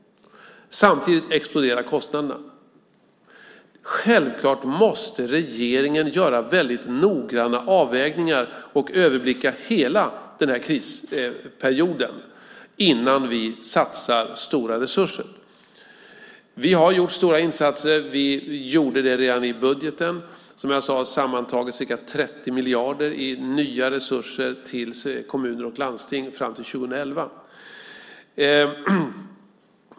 Samtidigt exploderar kostnaderna. Självklart måste regeringen göra noggranna avvägningar och överblicka hela krisperioden innan vi satsar stora resurser. Vi har gjort stora insatser. Vi gjorde det redan i budgeten. Det är sammantaget ca 30 miljarder i nya resurser till kommuner och landsting fram till 2011.